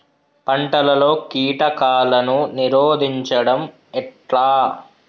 పంటలలో కీటకాలను నిరోధించడం ఎట్లా?